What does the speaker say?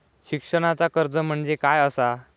शिक्षणाचा कर्ज म्हणजे काय असा?